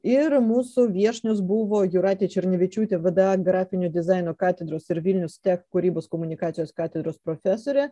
ir mūsų viešnios buvo jūratė černevičiūtė vė dė a grafinio dizaino katedros ir vilnius tech kūrybos komunikacijos katedros profesorė